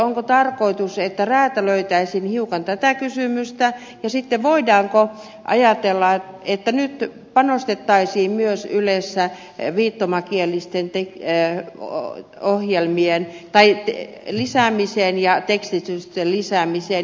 onko tarkoitus että räätälöitäisiin hiukan tätä kysymystä ja sitten voidaanko ajatella että nyt panostettaisiin myös ylessä viittomakielisten ohjelmien lisäämiseen ja tekstitysten lisäämiseen